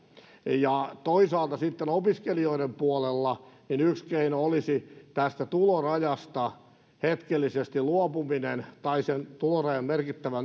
toisaalta sitten opiskelijoiden puolella yksi keino olisi tästä tulorajasta luopuminen hetkellisesti tai sen tulorajan merkittävä